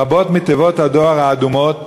רבות מתיבות הדואר האדומות נאטמו.